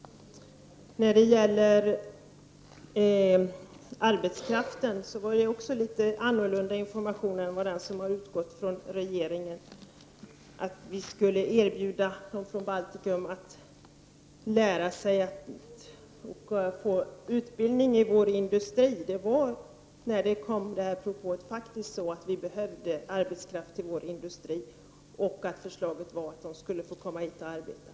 När det gäller arbetskraften lämnade Stig Alemyr också en annan information än den som utgått från regeringen, nämligen att vi skall erbjuda folk från Baltikum utbildning i vår industri. När den propån kom var det faktiskt motiverat av att vi behövde arbetskraft till vår industri. Förslaget var att människor från Baltikum skulle få komma hit och arbeta.